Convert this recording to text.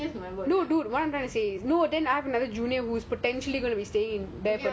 take your room back after she stay thirty